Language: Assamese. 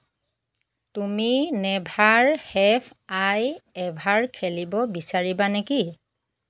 তুমি নেভাৰ হেভ আই এভাৰ খেলিব বিচাৰিবা নেকি